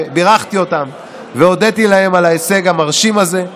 בירכתי אותם והודיתי להם על ההישג המרשים הזה,